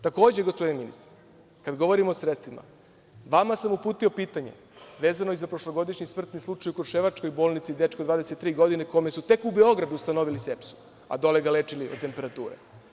Takođe, gospodine ministre, kada govorimo o sredstvima, vama sam uputio pitanje, vezano i za prošlogodišnji smrtni slučaj u Kruševačkoj bolnici, dečko 23 godine kome su tek u Beogradu ustanovili sepsu, a dole ga lečili od temperature.